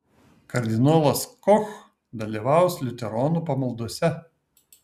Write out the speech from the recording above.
kardinolas koch dalyvaus liuteronų pamaldose